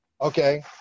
Okay